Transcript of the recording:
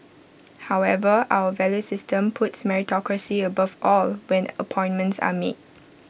however our value system puts meritocracy above all when appointments are made